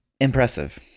impressive